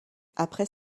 après